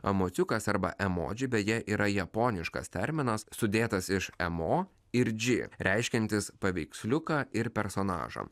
emociukas arba emodži beje yra japoniškas terminas sudėtas iš emo ir dži reiškiantis paveiksliuką ir personažą